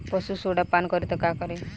पशु सोडा पान करी त का करी?